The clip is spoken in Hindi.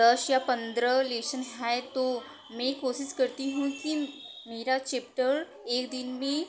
दस या पंद्रह लेशन हैं तो मैं कोशिश करती हूँ कि मेरा चेप्टर एक दिन में